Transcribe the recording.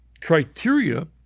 criteria